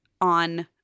on –